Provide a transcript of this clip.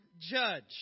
judge